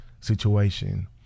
situation